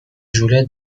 ژوله